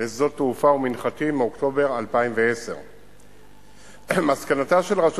לשדות תעופה ומנחתים מאוקטובר 2010. מסקנתה של רשות